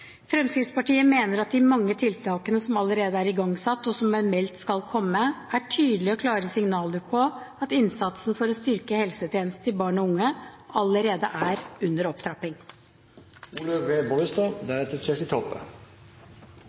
Fremskrittspartiet mener at de mange tiltakene som allerede er igangsatt, og som er meldt skal komme, er tydelige og klare signaler på at innsatsen for å styrke helsetjenesten til barn og unge allerede er under